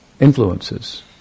influences